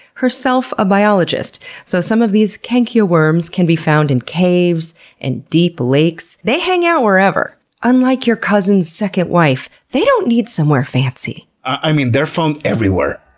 herself a biologist. so some of these kenkia worms can be found in caves and deep lakes. they hangout wherever unlike your cousin's second wife, they don't need somewhere fancy. i mean they're found everywhere.